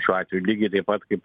šiuo atveju lygiai taip pat kaip